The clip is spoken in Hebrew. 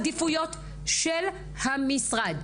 אמרה לכם שזה סדרי העדיפויות של המשרד.